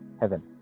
Heaven